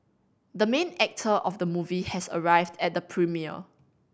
the main actor of the movie has arrived at the premiere